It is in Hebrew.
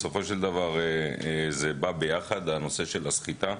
בסופו של דבר, זה בא ביחד עם הנושא של הסחיטה.